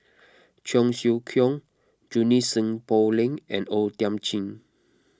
Cheong Siew Keong Junie Sng Poh Leng and O Thiam Chin